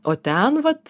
o ten vat